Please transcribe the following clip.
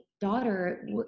daughter